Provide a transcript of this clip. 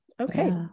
okay